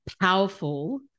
powerful